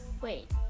wait